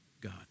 God